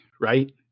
right